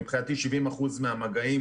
מבחינתי, 70% מהמגעים